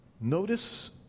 notice